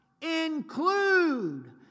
include